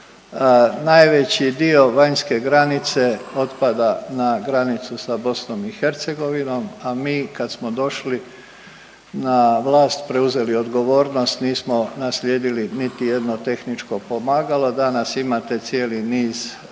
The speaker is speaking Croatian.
najveći dio vanjske granice otpada na granicu sa BiH, a mi kad smo došli na vlast, preuzeli odgovornost, nismo naslijedili niti jedno tehničko pomagalo, danas imate cijeli niz radarskih